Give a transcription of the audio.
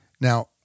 Now